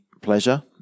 pleasure